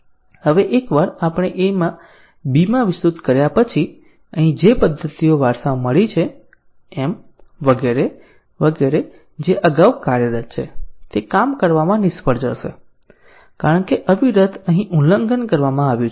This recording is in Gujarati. હવે એકવાર આપણે A માં B માં વિસ્તૃત કર્યા પછી અહીં જે પદ્ધતિઓ વારસામાં મળી છે m વગેરે વગેરે જે અગાઉ કાર્યરત છે તે કામ કરવામાં નિષ્ફળ જશે કારણ કે અવિરત અહીં ઉલ્લંઘન કરવામાં આવ્યું છે